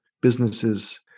businesses